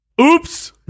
Oops